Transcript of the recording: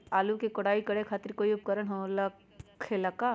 आलू के कोराई करे खातिर कोई उपकरण हो खेला का?